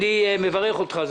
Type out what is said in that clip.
אני מברך אותך על